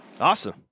Awesome